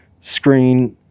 screen